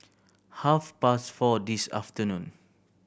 half past four this afternoon